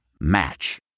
Match